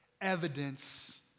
evidence